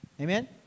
Amen